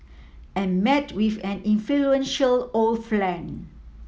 and met with an influential old flan